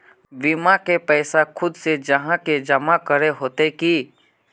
बीमा के पैसा खुद से जाहा के जमा करे होते की?